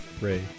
Ray